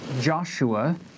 Joshua